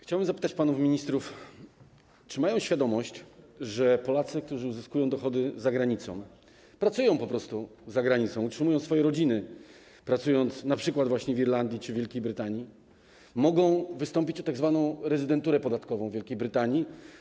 Chciałbym zapytać panów ministrów, czy mają świadomość, że Polacy, którzy uzyskują dochody za granicą, po prostu pracują za granicą, utrzymują swoje rodziny, pracując np. w Irlandii czy Wielkiej Brytanii, mogą wystąpić o tzw. rezydenturę podatkową w Wielkiej Brytanii.